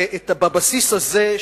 ובבסיס הזה,